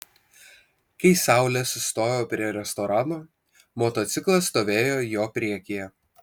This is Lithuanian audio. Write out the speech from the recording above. kai saulė sustojo prie restorano motociklas stovėjo jo priekyje